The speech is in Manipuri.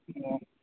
ꯑꯣ